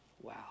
Wow